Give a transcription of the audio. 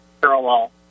parallel